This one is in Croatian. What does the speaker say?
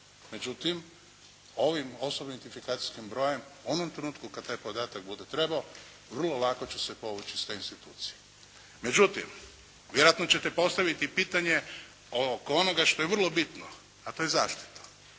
Međutim, ovim osobnim identifikacijskim brojem u onom trenutku kad taj podatak bude trebao, vrlo lako će se povući sve institucije. Međutim, vjerojatno ćete postaviti pitanje oko onoga što je vrlo bitno, a to je zaštita.